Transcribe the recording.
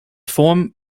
form